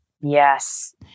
Yes